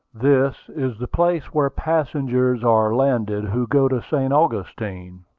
this is the place where passengers are landed who go to st. augustine.